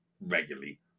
regularly